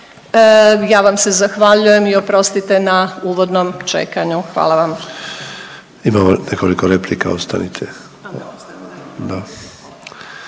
Ja vam se zahvaljujem i oprostite na uvodnom čekanju. Hvala vam. **Sanader, Ante (HDZ)** Imamo nekoliko replika, ostanite.